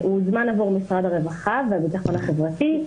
הוא הוזמן עבור משרד הרווחה והביטחון החברתי.